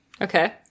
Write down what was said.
Okay